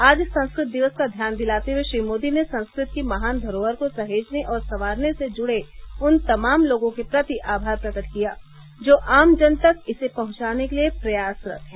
आज संस्कृत दिवस का ध्यान दिलाते हुए श्री मोदी ने संस्कृत की महान धरोहर को सहेजने और संवारने से जुड़े उन तमाम लोगों के प्रति आभार प्रकट किया जो आम जन तक इसे पहुंचाने के लिए प्रयासरत हैं